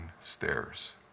stairs